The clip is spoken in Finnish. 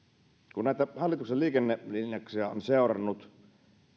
kun näitä hallituksen liikennelinjauksia on seurannut